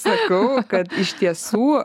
sakau kad iš tiesų